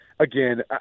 Again